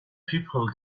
people